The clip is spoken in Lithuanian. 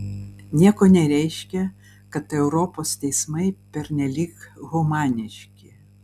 nieko nereiškia kad europos teismai pernelyg humaniški